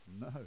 No